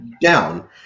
down